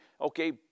okay